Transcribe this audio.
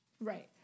Right